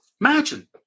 Imagine